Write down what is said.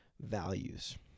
values